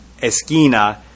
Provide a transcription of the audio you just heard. esquina